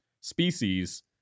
species